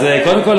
אז קודם כול,